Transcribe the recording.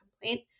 complaint